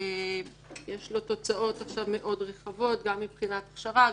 שיש לו תוצאות מאוד רחבות עכשיו גם מבחינת הכשרה,